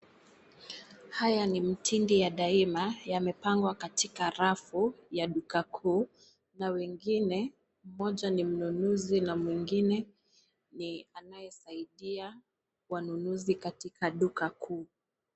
Haya ni mtindi ya daima yamepangwa katika rafu ya duka kuu na wengine ,mmoja ni mnunuzi na mwingine ni anayesaidia wanunuzi katika duka kuu.